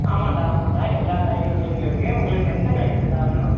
ஆமான்டா ஆமான்டா எல்லா காய்கறிகளும் இங்கே இருக்குது உங்களுக்கு எந்த காய்கறிடா வேணும்